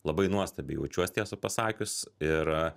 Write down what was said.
labai nuostabiai jaučiuos tiesą pasakius ir